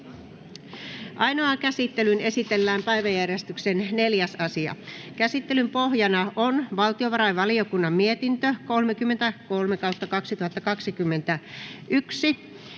Ainoaan käsittelyyn esitellään päiväjärjestyksen 4. asia. Käsittelyn pohjana on valtiovarainvaliokunnan mietintö VaVM 33/2021